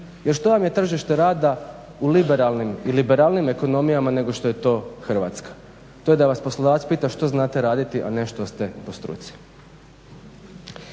Jer što vam je tržište rada u liberalnim i liberalnijim ekonomijama nego što je to Hrvatska. To je da vas poslodavac pita što znate raditi, a ne što ste po struci.